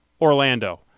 Orlando